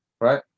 right